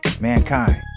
mankind